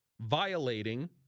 violating